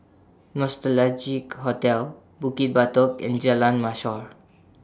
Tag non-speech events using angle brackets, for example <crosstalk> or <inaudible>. Nostalgia <unintelligible> Hotel Bukit Batok and Jalan Mashor